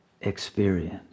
experience